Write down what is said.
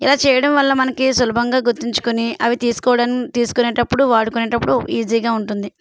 ఇలా చేయడం వల్ల మనకి సులభంగా గుర్తించుకొని అవి తీసుకోవడం తీసుకునేటప్పుడు వాడుకునేటప్పుడు ఈజీగా ఉంటుంది